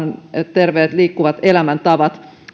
terveet liikkuvat elämäntavat